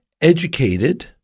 educated